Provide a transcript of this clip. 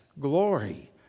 glory